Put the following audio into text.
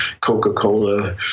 Coca-Cola